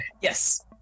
Yes